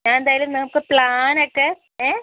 ഞാനെന്തായാലും നിങ്ങൾക്ക് പ്ലാനൊക്കെ ഏ